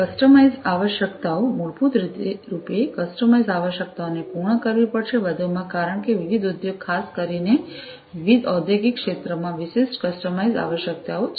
customised આવશ્યકતાઓ મૂળભૂત રૂપે કસ્ટમાઇઝ્ડ આવશ્યકતાઓને પૂર્ણ કરવી પડશે વધુમાં કારણ કે વિવિધ ઉદ્યોગ ખાસ કરીને વિવિધ ઔદ્યોગિક ક્ષેત્રોમાં વિશિષ્ટ કસ્ટમાઇઝ્ડ આવશ્યકતાઓ છે